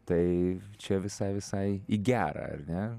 tai čia visai visai į gera ar ne